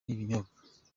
n’ibinyobwa